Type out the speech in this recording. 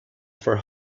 for